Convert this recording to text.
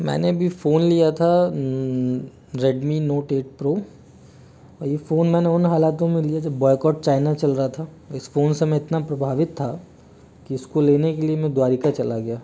मैंने अभी फ़ोन लिया था रेडमी नोट एट प्रो ये फ़ोन मैंने उन हालातों में लिया जब बॉयकोट चाइना चल रहा था इस फ़ोन से मैं इतना प्रभावित था कि इसको लेने के लिए मैं द्वारिका चला गया